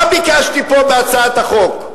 מה ביקשתי פה, בהצעת החוק?